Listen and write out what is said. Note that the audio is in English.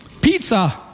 Pizza